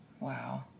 Wow